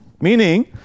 meaning